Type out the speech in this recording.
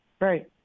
Right